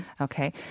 Okay